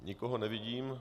Nikoho nevidím.